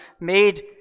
made